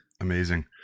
Amazing